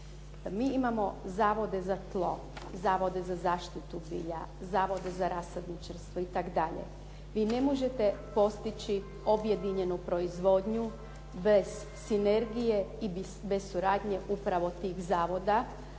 Mi imamo zavode za tlo, zavode za zaštitu bilja, zavode za rasadničarstvo itd., vi ne možete postići objedinjenu proizvodnju bez sinergije i bez suradnje upravo tih zavoda